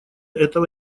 этого